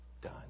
done